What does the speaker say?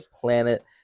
planet